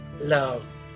love